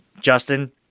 Justin